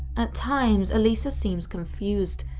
at times, elisa seems confused,